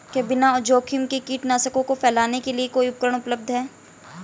क्या बिना जोखिम के कीटनाशकों को फैलाने के लिए कोई उपकरण उपलब्ध है?